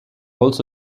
was